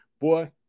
boy